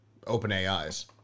OpenAI's